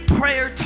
prayer